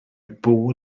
bod